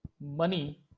money